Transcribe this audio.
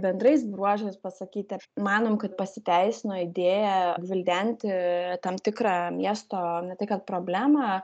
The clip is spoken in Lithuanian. bendrais bruožais pasakyti manom kad pasiteisino idėja gvildenti tam tikrą miesto ne tai kad problemą